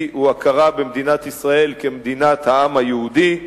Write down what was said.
הוא הכרה במדינת ישראל כמדינת העם היהודי.